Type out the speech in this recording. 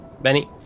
Benny